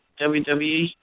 WWE